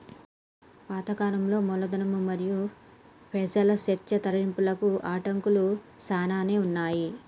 పాత కాలంలో మూలధనం మరియు పెజల చర్చ తరలింపునకు అడంకులు సానానే ఉన్నాయి